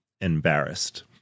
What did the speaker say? embarrassed